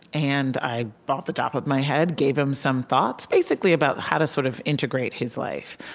and i, off the top of my head, gave him some thoughts basically about how to sort of integrate his life.